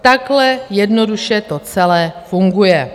Takhle jednoduše to celé funguje.